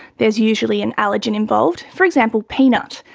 there's usually an allergen involved, for example peanut,